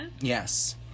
Yes